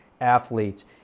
athletes